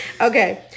Okay